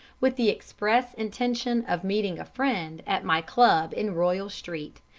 with the express intention of meeting a friend at my club in royal street,